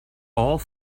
all